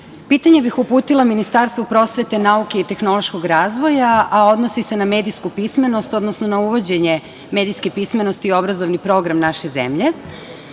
pitanje bih uputila Ministarstvu prosvete, nauke i tehnološkog razvoja, a odnosi se na medijsku pismenost, odnosno na uvođenje medijske pismenosti u obrazovni program naše zemlje. Naime,